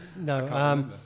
no